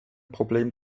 problem